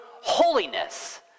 holiness